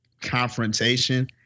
confrontation